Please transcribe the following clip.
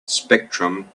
spectrum